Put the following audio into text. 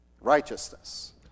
Righteousness